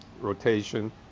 rotation